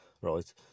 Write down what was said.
right